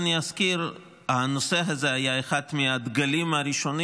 אזכיר שהנושא הזה היה אחד הדגלים הראשונים